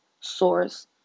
source